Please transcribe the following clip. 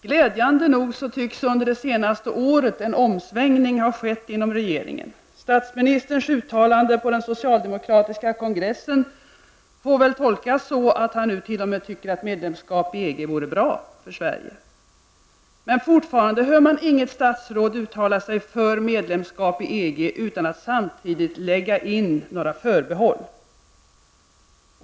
Glädjande nog tycks under det senaste året en omsvängning ha skett inom regeringen. Statsministerns uttalande på den socialdemokratiska kongressen, får väl tolkas så, att han nu t.o.m.tycker att ett medlemskap vore bra för Sverige. Men fortfarande hör man inget statsråd uttala sig för medlemskap i EG, utan att samtidigt lägga in några förbehåll.